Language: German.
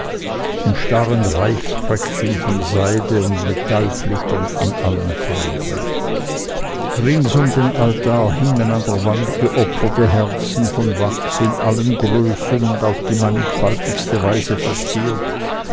im starren reifröckchen von seide und metallflittern in allen farben rings um den altar hingen an der wand geopferte herzen von wachs in allen größen und auf die mannigfaltigste weise verziert